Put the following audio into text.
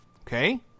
okay